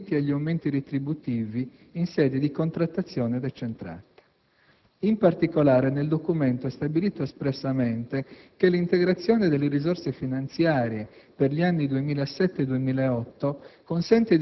che stabilisce, tra l'altro, precisi limiti agli aumenti retributivi in sede di contrattazione decentrata. In particolare, nel documento è stabilito espressamente che l'integrazione delle risorse finanziarie